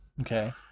Okay